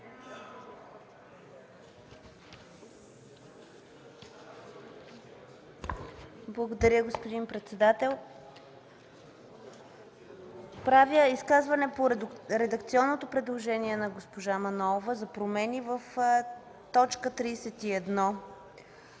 Благодаря, господин председател. Правя изказване по редакционното предложение на госпожа Манолова за промени в т. 31.